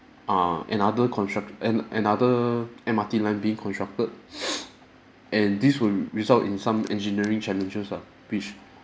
err another construct an another M_R_T line being constructed and this will result in some engineering challenges ah which